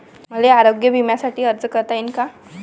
मले आरोग्य बिम्यासाठी अर्ज करता येईन का?